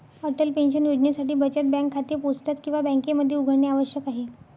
Atal pension योजनेसाठी बचत bank खाते पोस्टात किंवा बँकेमध्ये उघडणे आवश्यक आहे